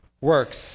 works